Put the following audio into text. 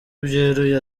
byeruye